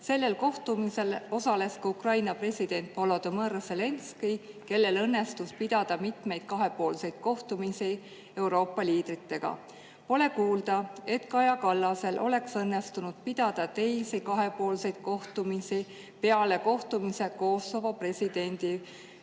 Sellel kohtumisel osales ka Ukraina president Volodõmõr Zelenskõi, kellel õnnestus pidada mitmeid kahepoolseid kohtumisi Euroopa liidritega. Pole kuulda olnud, et Kaja Kallasel oleks õnnestunud pidada teisi kahepoolseid kohtumisi peale kohtumise Kosovo presidendi Vjosa